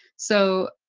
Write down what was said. so